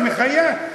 זה מחייב,